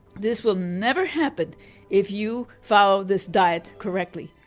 this will never happen if you follow this diet correctly.